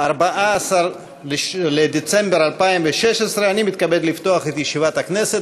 14 בדצמבר 2016. אני מתכבד לפתוח את ישיבת הכנסת.